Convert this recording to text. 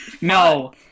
No